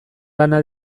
lana